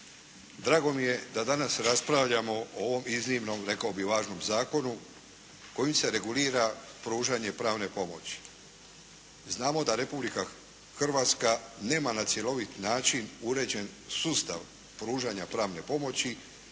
Drago mi je da danas raspravljamo o ovom iznimnom, rekao bih važnom zakonu kojim se regulira pružanje pravne pomoći. Znamo da Republika Hrvatska nema na cjelovit način uređen sustav pružanja pravne pomoći